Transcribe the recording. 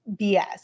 BS